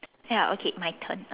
ya okay my turn